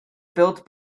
built